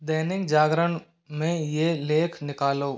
दैनिक जागरण में ये लेख निकालो